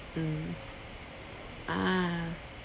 mm ah